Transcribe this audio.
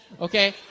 okay